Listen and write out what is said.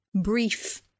brief